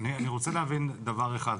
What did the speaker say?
אני רוצה להבין דבר אחד.